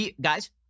guys